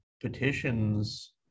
petitions